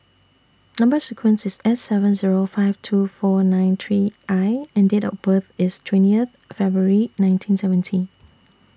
Number sequence IS S seven Zero five two four nine three I and Date of birth IS twentieth February nineteen seventy